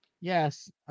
Yes